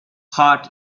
harte